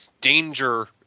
danger